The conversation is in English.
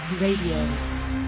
Radio